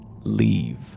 leave